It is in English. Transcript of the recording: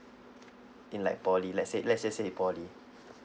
in like polytechnic let's say let's say say is polytechnic